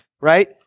right